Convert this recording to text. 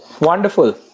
Wonderful